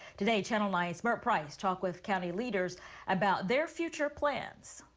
today channel live smart price talk with county leaders about their future plans.